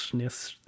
nesses